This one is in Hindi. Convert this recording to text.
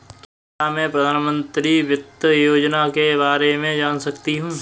क्या मैं प्रधानमंत्री वित्त योजना के बारे में जान सकती हूँ?